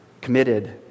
committed